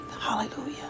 Hallelujah